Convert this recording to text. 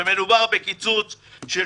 ומדובר בקיצוץ של